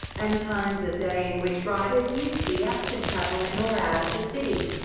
and times of day in which riders used the app to travel in or out of the city.